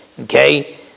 okay